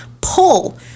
pull